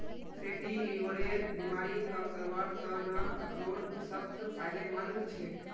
fatty लीवरेर बीमारी कम करवार त न अखरोट सबस फायदेमंद छेक